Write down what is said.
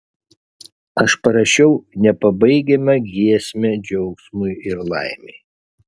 aš parašiau nepabaigiamą giesmę džiaugsmui ir laimei